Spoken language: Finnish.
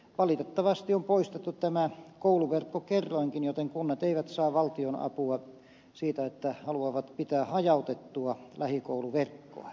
valitettavasti on poistettu tämä kouluverkkokerroinkin joten kunnat eivät saa valtionapua siitä että haluavat pitää hajautettua lähikouluverkkoa